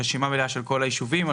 רשימה מלאה של כל היישובים.